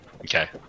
Okay